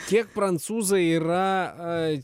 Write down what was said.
kiek prancūzai yra